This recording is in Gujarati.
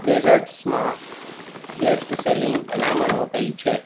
ડિઝર્ટસમાં બેસ્ટ સેલિંગ ભલામણો કઈ છે